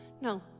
No